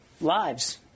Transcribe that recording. lives